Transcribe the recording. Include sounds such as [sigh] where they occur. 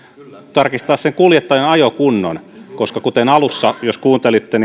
tarkistaa sen kuljettajan ajokunnon koska kuten alussa kerroin jos kuuntelitte [unintelligible]